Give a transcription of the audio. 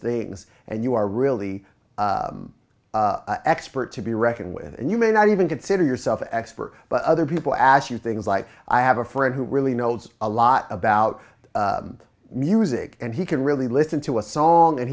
things and you are really expert to be reckoned with and you may not even consider yourself an expert but other people ask you things like i have a friend who really knows a lot about music and he can really listen to a song and